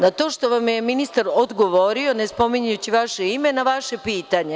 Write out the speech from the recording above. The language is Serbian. Na to što vam je ministar odgovorio, ne spominjući vaše ime, na vaše pitanje?